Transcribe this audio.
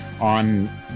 on